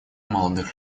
молодых